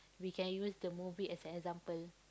we can use the movie as an example